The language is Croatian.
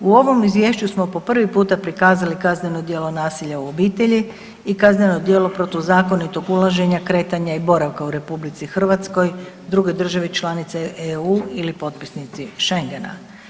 U ovom Izvješću smo po prvi puta prikazali kazneno djelo nasilja u obitelji i kazneno djelo protuzakonitog ulaženja, kretanja i boravka u RH, drugoj državi članici EU ili potpisnici Schengena.